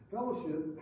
Fellowship